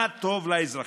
מה טוב לאזרחים.